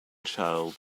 child